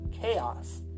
chaos